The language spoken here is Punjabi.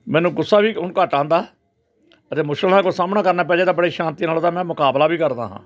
ਮੈਨੂੰ ਗੁੱਸਾ ਵੀ ਹੁਣ ਘੱਟ ਆਉਂਦਾ ਅਤੇ ਮੁਸ਼ਕਿਲ ਨਾਲ ਕੋਈ ਸਾਹਮਣਾ ਕਰਨਾ ਪੈ ਜਾਵੇ ਤਾਂ ਬੜੇ ਸ਼ਾਂਤੀ ਨਾਲ ਮੈਂ ਮੁਕਾਬਲਾ ਵੀ ਕਰਦਾ ਹਾਂ